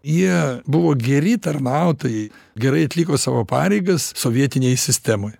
jie buvo geri tarnautojai gerai atliko savo pareigas sovietinėj sistemoj